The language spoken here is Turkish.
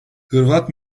hırvat